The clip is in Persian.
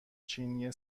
چینی